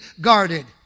guarded